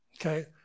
okay